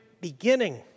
beginning